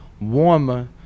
warmer